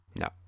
No